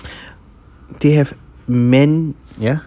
they have men ya